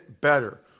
better